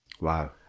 Wow